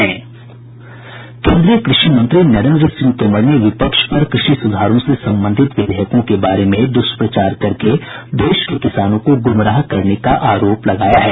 केंद्रीय कृषि मंत्री नरेंद्र सिंह तोमर ने विपक्ष पर कृषि सुधारों से संबंधित विधेयकों के बारे में दूष्प्रचार करके देश के किसानों को गुमराह करने का आरोप लगाया है